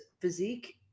physique